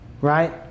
right